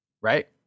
right